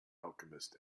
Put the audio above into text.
alchemist